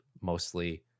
mostly